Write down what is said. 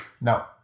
No